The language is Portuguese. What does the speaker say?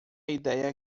ideia